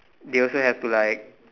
they also have to like